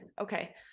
Okay